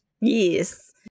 Yes